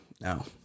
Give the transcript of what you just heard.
No